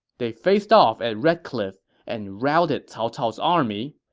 they faced off at red cliff and routed cao cao's army.